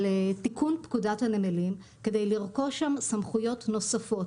על תיקון פקודת הנמלים כדי לרכוש שם סמכויות נוספות.